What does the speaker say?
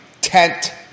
tent